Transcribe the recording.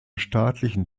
staatlichen